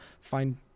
find